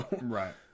Right